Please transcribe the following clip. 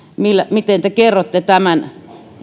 miten te kerrotte tämän